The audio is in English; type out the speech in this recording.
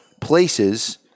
places